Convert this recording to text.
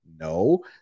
No